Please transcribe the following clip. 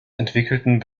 entwickelten